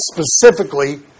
specifically